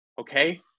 Okay